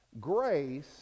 Grace